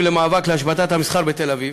בתל-אביב למאבק להשבתת המסחר בתל-אביב.